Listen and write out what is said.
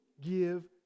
give